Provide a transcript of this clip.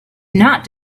not